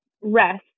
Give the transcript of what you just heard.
rest